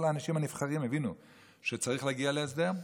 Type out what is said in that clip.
כל האנשים הנבחרים הבינו שצריך להגיע להסדר,